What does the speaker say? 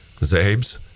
zabes